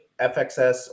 FXS